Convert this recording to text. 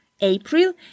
April